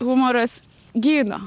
humoras gydo